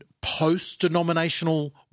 post-denominational